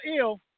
ill